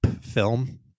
film